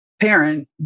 parent